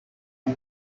you